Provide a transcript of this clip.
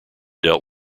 dealt